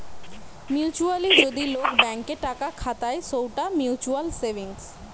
mutually যদি লোক bank এ টাকা খাতায় সৌটা মিউচুয়াল সেভিংস